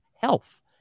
health